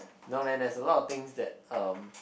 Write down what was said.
no man there's a lot of things that um